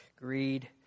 greed